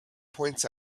points